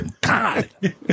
God